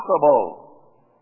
possible